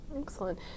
Excellent